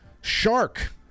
Shark